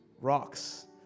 rocks